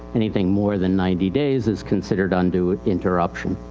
anything more than ninety days is considered undue interruption.